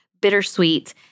bittersweet